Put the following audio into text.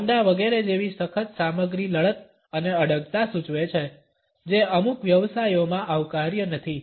ચામડા વગેરે જેવી સખત સામગ્રી લડત અને અડગતા સૂચવે છે જે અમુક વ્યવસાયોમાં આવકાર્ય નથી